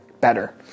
better